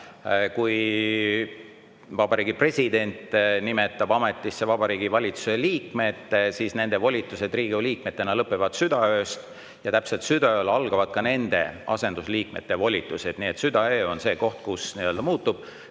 Kui Vabariigi President nimetab ametisse Vabariigi Valitsuse liikmed, siis nende volitused Riigikogu liikmetena lõpevad südaööst ja täpselt südaööl algavad ka nende asendusliikmete volitused. Nii et südaöö on see [hetk], kui see muutub.